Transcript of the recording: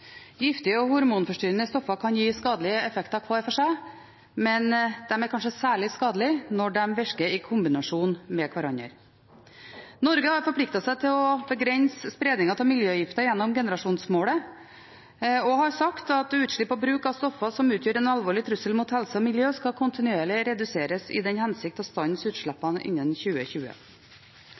Giftige og hormonforstyrrende stoffer kan gi skadelige effekter hver for seg, men de er kanskje særlig skadelige når de virker i kombinasjon med hverandre. Norge har forpliktet seg til å begrense spredningen av miljøgifter gjennom generasjonsmålet og har sagt at utslipp og bruk av stoffer som utgjør en alvorlig trussel mot helse og miljø, skal kontinuerlig reduseres i den hensikt å stanse utslippene innen 2020.